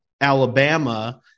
Alabama